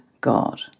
God